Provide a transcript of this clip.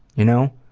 you know.